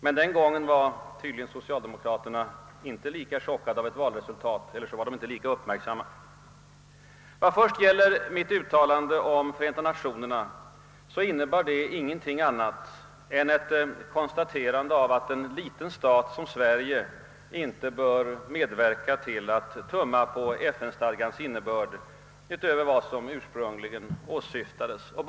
Men då var tydligen socialdemokraterna inte lika chockade av ett valresultat eller också var de inte lika uppmärksamma. Först och främst innebar mitt uttalande om Förenta Nationerna ingenting annat än ett konstaterande att en liten stat som Sverige inte bör medverka till att tumma på FN-stadgans innebörd utöver vad som ursprungligen åsyftades med denna.